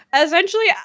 essentially